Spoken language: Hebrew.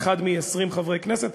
אחד מ-20 חברי כנסת,